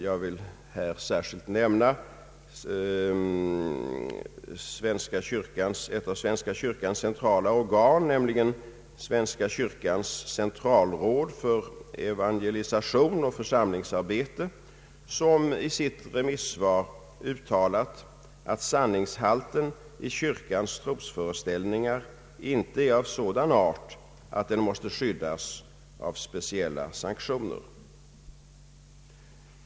Jag vill dock särskilt nämna ett av svenska kyrkans centrala organ, nämligen Svenska kyrkans centralråd för evangelisation och församlingsarbete, som i sitt remissvar uttalat att sanningshalten i kyrkans trosföre ställningar inte är av sådan art att den måste skyddas av speciella sanktioner.